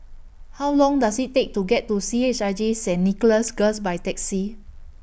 How Long Does IT Take to get to C H I J Saint Nicholas Girls By Taxi